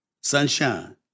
Sunshine